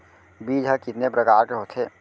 बीज ह कितने प्रकार के होथे?